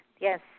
Yes